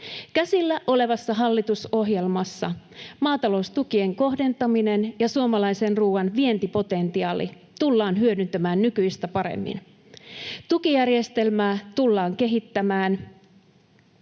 Käsillä olevassa hallitusohjelmassa maataloustukien kohdentaminen ja suomalaisen ruuan vientipotentiaali tullaan hyödyntämään nykyistä paremmin. Tukijärjestelmää tullaan kehittämään